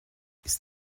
ist